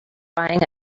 buying